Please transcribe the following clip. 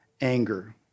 anger